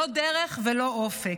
לא דרך ולא אופק.